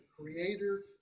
creator